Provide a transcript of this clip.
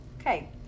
Okay